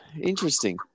Interesting